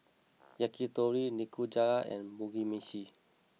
Yakitori Nikujaga and Mugi Meshi